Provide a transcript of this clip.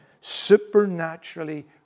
supernaturally